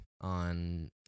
on